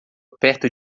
perto